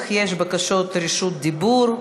אך יש בקשות רשות דיבור.